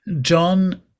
John